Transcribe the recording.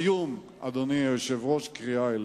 ולסיום, אדוני היושב-ראש, קריאה אליך: